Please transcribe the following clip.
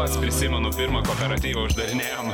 pats prisimenu pirmą kooperatyvą uždarinėjome